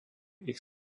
ich